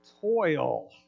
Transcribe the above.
toil